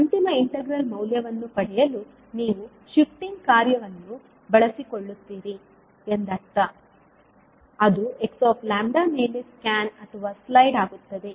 ಅಂತಿಮ ಇಂಟಿಗ್ರಲ್ ಮೌಲ್ಯವನ್ನು ಪಡೆಯಲು ನೀವು ಶಿಫ್ಟಿಂಗ್ ಕಾರ್ಯವನ್ನು ಬಳಸಿಕೊಳ್ಳುತ್ತೀರಿ ಎಂದರ್ಥ ಅದು 𝑥𝜆 ಮೇಲೆ ಸ್ಕ್ಯಾನ್ ಅಥವಾ ಸ್ಲೈಡ್ ಆಗುತ್ತದೆ